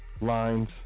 lines